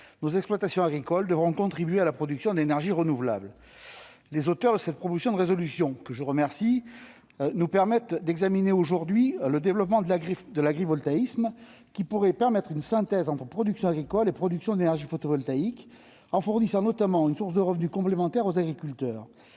nos exploitations agricoles devront contribuer à la production d'énergies renouvelables. Les auteurs de cette proposition de résolution, que je remercie, nous permettent d'examiner aujourd'hui le développement de l'agrivoltaïsme, lequel pourrait permettre une synthèse entre production agricole et production d'énergie photovoltaïque en fournissant notamment une source de revenus complémentaires aux agriculteurs.